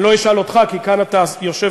אני לא אשאל אותך, כי כאן אתה יושב-ראש,